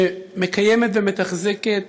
שמקיימת ומתחזקת